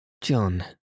John